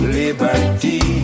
liberty